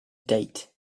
date